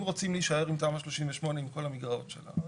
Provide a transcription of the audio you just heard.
אם רוצים להישאר עם תמ"א 38 עם כל המגרעות שלה,